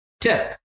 tip